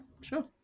Sure